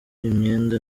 imyenda